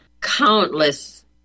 countless